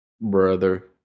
Brother